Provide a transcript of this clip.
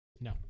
No